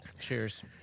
Cheers